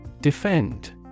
Defend